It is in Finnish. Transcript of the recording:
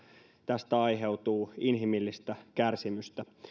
tästä aiheutuu inhimillistä kärsimystä